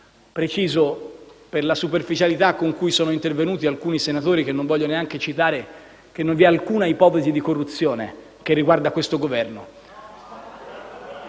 Preciso, per la superficialità con cui sono intervenuti alcuni senatori, che non voglio neanche citare, che non vi è alcuna ipotesi di corruzione che riguarda questo Governo.